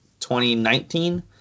2019